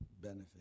benefit